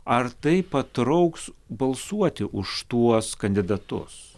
ar tai patrauks balsuoti už tuos kandidatus